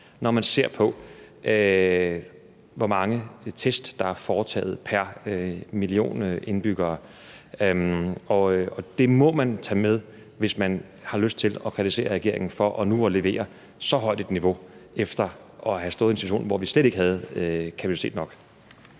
når man ser på, hvor mange test der er foretaget pr. million indbyggere, og det må man tage med, hvis man har lyst til at kritisere regeringen for nu at levere så højt et niveau efter at have stået i en situation, hvor vi slet ikke havde kapacitet nok.